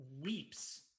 weeps